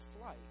flight